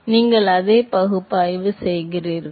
எனவே நீங்கள் அதே பகுப்பாய்வு செய்கிறீர்கள்